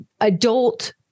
adult